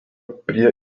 prie